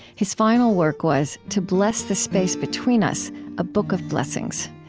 his final work was to bless the space between us a book of blessings.